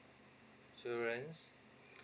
insurance